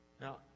Now